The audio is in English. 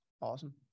Awesome